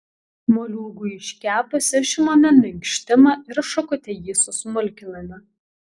moliūgui iškepus išimame minkštimą ir šakute jį susmulkiname